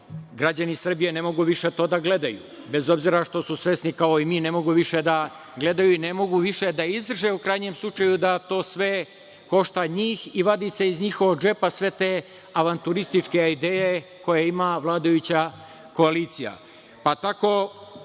građani Srbije ne mogu više to da gledaju. Bez obzira što su svesni, kao i mi, ne mogu više da gledaju i ne mogu više da izdrže da to sve košta njih i vadi se iz njihovog džepa sve te avanturističke ideje koje ima vladajuća koalicija. Tako